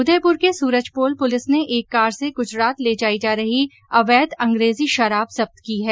उदयपुर के सूरजपोल पुलिस ने एक कार से गुजरात ले जायी जा रही अवैध अंग्रेजी शराब जब्त की है